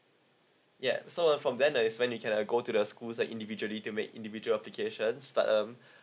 ya so uh from then uh is when you can uh go to the school like individually to make individual application start um